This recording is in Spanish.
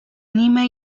anima